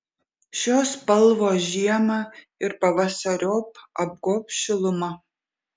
šios spalvos žiemą ir pavasariop apgobs šiluma